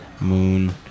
moon